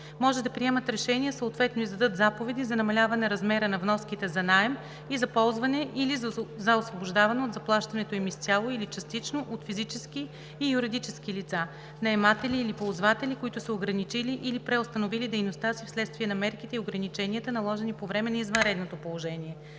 може да приемат решения, съответно издадат заповеди за намаляване размера на вноските за наем и за ползване или за освобождаване от заплащането им изцяло или частично от физически и юридически лица – наематели или ползватели, които са ограничили или преустановили дейността си вследствие на мерките и ограниченията, наложени по време на извънредното положение.“